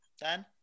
Dan